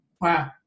Wow